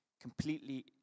Completely